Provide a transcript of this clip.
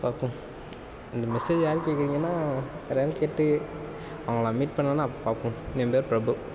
பார்ப்போம் இந்த மெசேஜ் யார் கேட்குறிங்கன்னா ஒரு ஆள் கேட்டு அவங்கள நான் மீட் பண்ணுவேன அப்போ பார்ப்போம் என் பேர் பிரபு